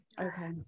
Okay